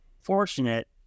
fortunate